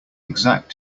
exact